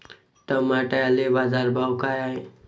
टमाट्याले बाजारभाव काय हाय?